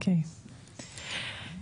אוקיי,